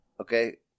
okay